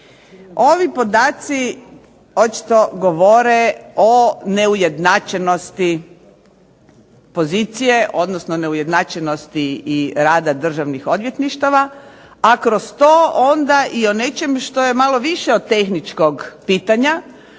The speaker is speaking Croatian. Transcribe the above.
Ovi podaci očito govore o neujednačenosti pozicije, odnosno neujednačenosti i rada državnih odvjetništava, a kroz to onda i o nečem što je malo više od tehničkog pitanja,